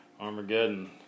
Armageddon